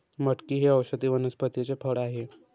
मटकी हे औषधी वनस्पतीचे फळ आहे